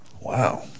Wow